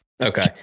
Okay